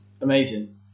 amazing